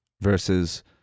versus